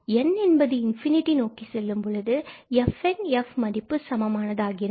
n என்பது infinity நோக்கிச் செல்லும் பொழுது fn and f மதிப்பு சமமானது ஆகிறது